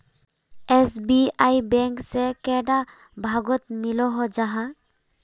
SBI bank से कैडा भागोत मिलोहो जाहा?